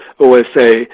OSA